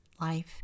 life